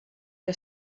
que